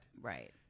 Right